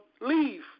leave